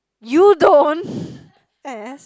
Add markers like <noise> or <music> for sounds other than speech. you don't <breath> ass